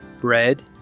bread